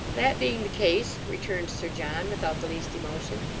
that being the case returned sir john, without the least emotion,